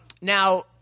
now